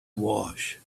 wash